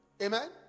Amen